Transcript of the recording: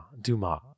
Dumas